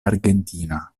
argentina